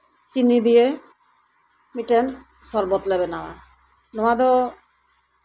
ᱪᱤᱱᱤ ᱫᱤᱭᱮ ᱢᱤᱫᱴᱮᱱ ᱥᱚᱨᱵᱚᱛ ᱞᱮ ᱵᱮᱱᱟᱣᱟ ᱱᱚᱣᱟ ᱫᱚ